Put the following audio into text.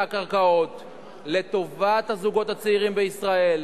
הקרקעות לטובת הזוגות הצעירים בישראל,